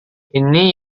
ini